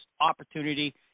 opportunity